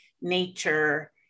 nature